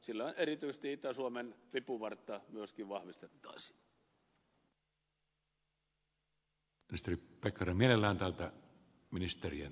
sillä erityisesti itä suomen vipuvartta myöskin vahvistettaisiin